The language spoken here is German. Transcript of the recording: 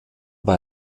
bei